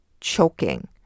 Choking